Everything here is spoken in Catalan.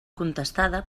contestada